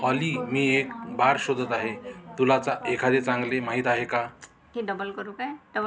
ऑली मी एक बार शोधत आहे तुला चा एखादे चांगले माहीत आहे का की डबल करू काय डबल